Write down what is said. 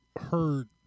heard